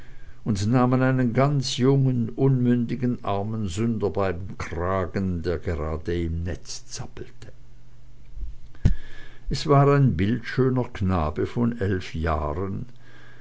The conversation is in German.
und nahmen einen ganz jungen unmündigen armen sünder beim kragen der gerade im netze zappelte es war ein bildschöner knabe von eilf jahren